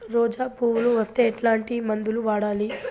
రోజా పువ్వులు వస్తే ఎట్లాంటి మందులు వాడాలి?